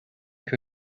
que